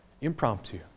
Impromptu